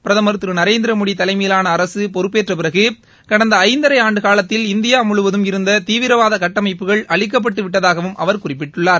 பிரதம் திரு நரேந்திர மோடி தலைமயிலான அரசு பொறுப்பேற்ற பிறகு கடந்த ஐந்தரை ஆண்டுக்காலத்தில் இந்தியா முழுவதும் இருந்த தீவிரவாத கட்டமைப்புகள் அழிக்கப்பட்டுவிட்டதாகவும் அவர் குறிப்பிட்டார்